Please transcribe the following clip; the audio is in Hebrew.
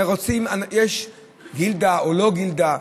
רוצים, גילדה, או לא גילדה,